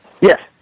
Yes